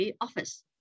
office